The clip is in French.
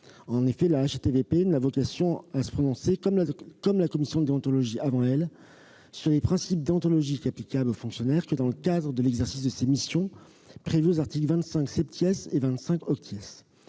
En effet, la HATVP n'a vocation à se prononcer, comme la commission de déontologie avant elle, sur les principes déontologiques applicables aux fonctionnaires que dans le cadre de l'exercice de ses missions prévues aux articles 25 et 25 .